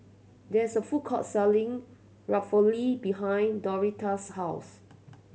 there is a food court selling Ravioli behind Norita's house